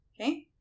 okay